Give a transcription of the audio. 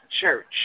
church